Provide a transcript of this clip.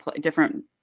different